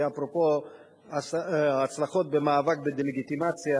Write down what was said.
אפרופו הצלחות במאבק בדה-לגיטימציה,